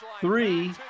three